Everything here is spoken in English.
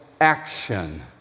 action